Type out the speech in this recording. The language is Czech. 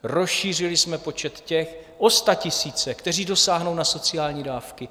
Rozšířili jsme počet o statisíce těch, kteří dosáhnou na sociální dávky.